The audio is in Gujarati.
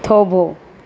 થોભો